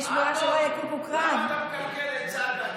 יש ברירה שלא, למה אתה מקלקל את צגה?